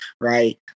right